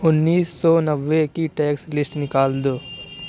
انیس سو نوے کی ٹیکس لسٹ نکال دو